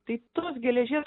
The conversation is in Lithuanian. tai tos geležies